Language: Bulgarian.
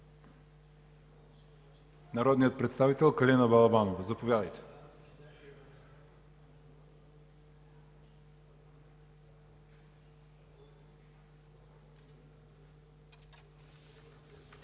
народният представител Калина Балабанова. Заповядайте.